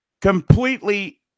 completely